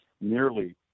nearly